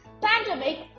pandemic